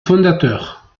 fondateurs